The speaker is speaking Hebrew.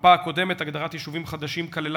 במפה הקודמת הגדרת יישובים חדשים כללה